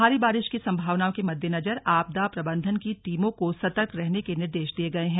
भारी बारिश की संभावना के मद्देनजर आपदा प्रबंधन की टीमों सतर्क रहने के निर्देश दिये गए हैं